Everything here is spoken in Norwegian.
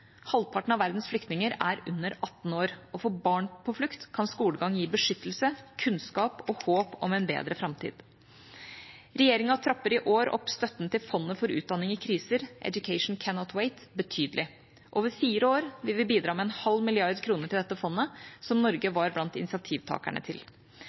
Halvparten av verdens flyktninger er under 18 år, og for barn på flukt kan skolegang gi beskyttelse, kunnskap og håp om en bedre framtid. Regjeringa trapper i år opp støtten til fondet for utdanning i kriser, Education Cannot Wait, betydelig. Over fire år vil vi bidra med 0,5 mrd. kr til dette fondet, som Norge var blant initiativtakerne til.